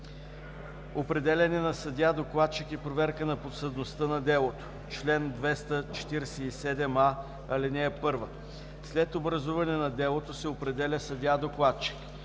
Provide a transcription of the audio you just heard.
„Определяне на съдия-докладчик и проверка на подсъдността на делото Чл. 247а. (1) След образуване на делото се определя съдия-докладчик.